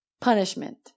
Punishment